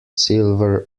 silver